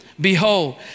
Behold